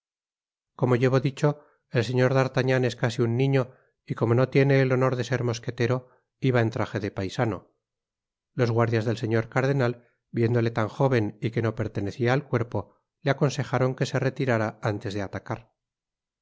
como ttevo dicho el señor d'artagnan es casi un niño y como no tiene el honor de ser mosquetero iba en traje de paisano los guardias del señor cardenal viéndole tan jóven y que no pertenecia al cuerpo le aconsejaron que se retirara antes de atacar